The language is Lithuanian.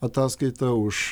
ataskaitą už